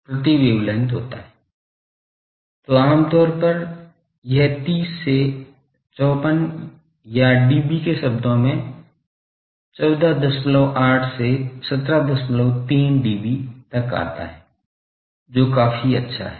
तो आमतौर पर यह 30 से 54 या डीबी के शब्दों में 148 से 173 डीबी तक आता है जो काफी अच्छा है